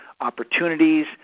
opportunities